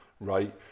Right